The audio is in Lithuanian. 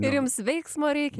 ir jums veiksmo reikia